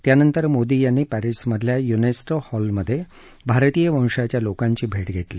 त्यानंतर मोदी यांनी पॅरिसमधल्या युनेस्टो हॉलमधे भारतीय वंशाच्या लोकांची भेट घेतली